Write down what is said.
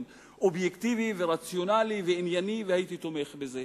אובייקטיבי ורציונלי וענייני והייתי תומך בזה,